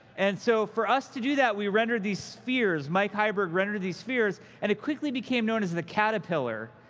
and so, for us to do that, we rendered these spheres mike heiberg rendered these spheres and it quickly became known as the caterpillar.